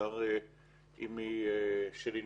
בעיקר אינוס,